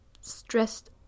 stressed